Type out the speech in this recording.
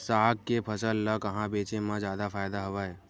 साग के फसल ल कहां बेचे म जादा फ़ायदा हवय?